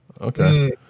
Okay